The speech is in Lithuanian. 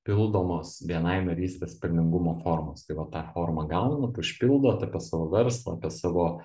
pildomos bni narystės pelningumo formos tai vat tą formą gaunat užpildot ir apie savo verslą apie savo